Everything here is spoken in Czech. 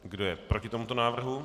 Kdo je proti tomuto návrhu?